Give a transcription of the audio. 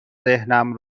ذهنم